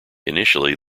initially